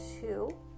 two